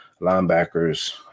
linebackers